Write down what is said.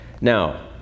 now